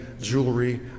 jewelry